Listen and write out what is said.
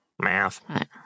Math